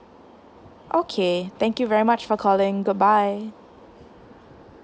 okay thank you very much for calling goodbye